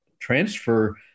transfer